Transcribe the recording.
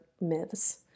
myths